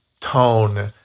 tone